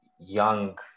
young